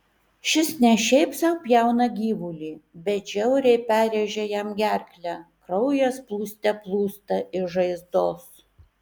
šis ne šiaip sau pjauna gyvulį bet žiauriai perrėžia jam gerklę kraujas plūste plūsta iš žaizdos